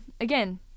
again